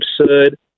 absurd